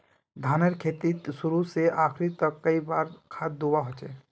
धानेर खेतीत शुरू से आखरी तक कई बार खाद दुबा होचए?